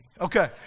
Okay